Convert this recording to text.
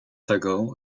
tego